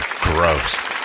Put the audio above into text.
gross